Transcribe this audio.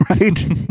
right